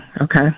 okay